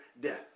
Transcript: death